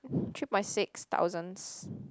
three point six thousands